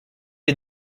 les